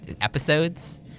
episodes